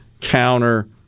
counter